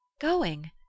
Going